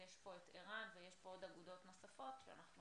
נמצאים איתנו ער"ן ואגודות נוספות שאנחנו